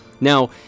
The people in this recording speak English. Now